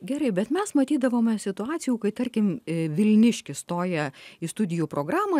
gerai bet mes matydavome situacijų kai tarkim vilniškis stoja į studijų programą